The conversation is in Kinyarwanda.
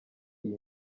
iyi